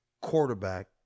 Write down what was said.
quarterback